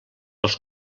els